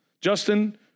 Justin